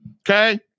Okay